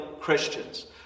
Christians